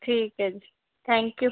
ਠੀਕ ਹੈ ਜੀ ਥੈਂਕ ਯੂ